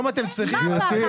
מה הפחד?